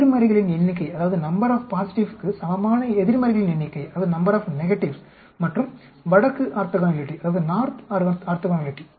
நேர்மறைகளின் எண்ணிக்கைக்கு சமமான எதிர்மறைகளின் எண்ணிக்கை மற்றும் வடக்கு ஆர்த்தோகனாலிட்டி